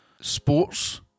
sports